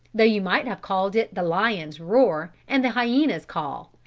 though you might have called it the lion's roar and the hyena's call,